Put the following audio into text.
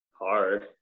hard